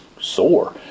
sore